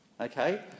okay